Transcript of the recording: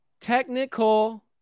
Technical